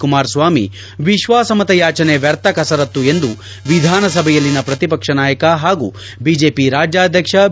ಕುಮಾರಸ್ವಾಮಿ ವಿಶ್ವಾಸಮತ ಯಾಚನೆ ವ್ಯರ್ಥ ಕಸರತ್ತು ಎಂದು ವಿಧಾನಸಭೆಯಲ್ಲಿನ ಪ್ರತಿಪಕ್ಷ ನಾಯಕ ಪಾಗೂ ಬಿಜೆಪಿ ರಾಜ್ಯಾಧ್ಯಕ್ಷ ಬಿ